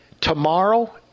tomorrow